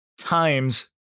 times